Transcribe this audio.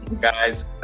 Guys